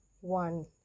one